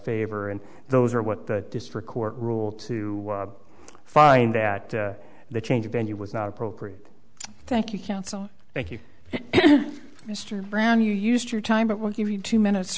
favor and those are what the district court rule to find that the change of venue was not appropriate thank you counsel thank you mr brown you use your time but we'll hear you two minutes